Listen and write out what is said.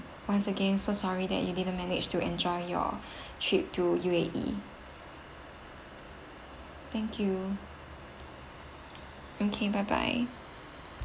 once again so sorry that you didn't manage to enjoy your trip to U_A_E thank you okay bye bye